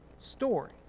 story